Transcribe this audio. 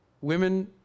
women